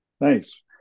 Nice